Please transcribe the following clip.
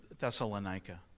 Thessalonica